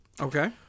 Okay